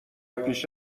پیش